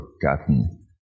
forgotten